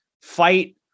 fight